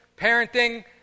parenting